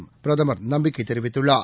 ரமலான் பிரதமர் நம்பிக்கைதெரிவித்துள்ளார்